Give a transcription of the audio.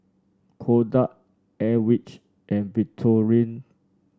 Kodak Airwick and Victorinox